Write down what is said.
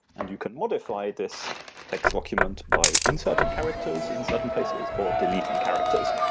and you can modify this text document by inserting characters in certain places, or deleting characters.